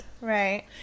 Right